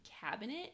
cabinet